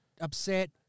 upset